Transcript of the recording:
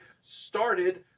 started